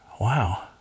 wow